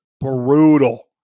brutal